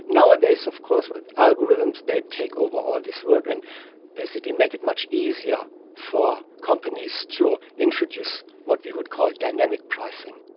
nowadays of course with algorithms they take over all this work and basically make it much easier for companies to ah introduce what we would call dynamic pricing.